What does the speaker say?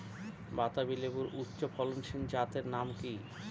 বাতাবি লেবুর উচ্চ ফলনশীল জাতের নাম কি?